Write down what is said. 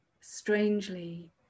Strangely